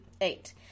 eight